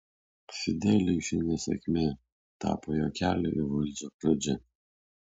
fideliui ši nesėkmė tapo jo kelio į valdžią pradžia